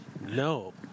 No